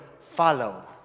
follow